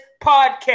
podcast